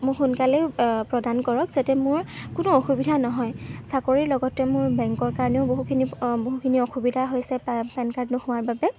মোক সোনকালেই প্ৰদান কৰক যাতে মোৰ কোনো অসুবিধা নহয় চাকৰিৰ লগতে মোৰ বেংকৰ কাৰণেও বহুখিনি বহুখিনি অসুবিধা হৈছে পেন কাৰ্ড নোহোৱাৰ বাবে